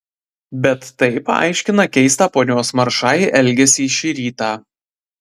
bet tai paaiškina keistą ponios maršai elgesį šį rytą